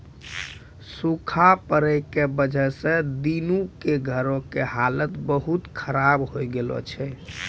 सूखा पड़ै के वजह स दीनू के घरो के हालत बहुत खराब होय गेलो छै